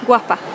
Guapa